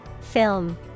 Film